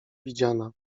widziana